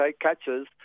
catches